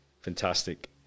fantastic